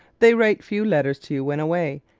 they write few letters to you when away,